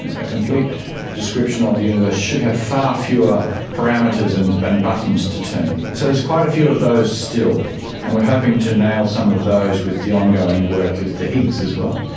and a complete description of the universe should have far fewer parameters and buttons to turn. so there's quite a few of those still and we are hoping to nail some of those with the ongoing work with the higgs as well.